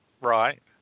Right